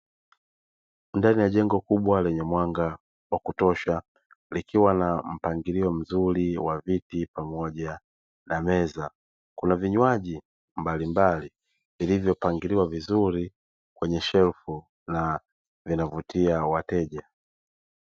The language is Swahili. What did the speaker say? Ndani ya jengo kubwa lenye mwanga wa kutosha, likiwa na mpangilio mzuri wa viti pamoja na meza. Kuna vinywaji mbalimbali vilivyopangiliwa vizuri kwenye shelfu na vinavutia wateja.